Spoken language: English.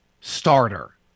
starter